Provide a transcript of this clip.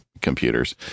computers